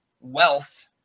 wealth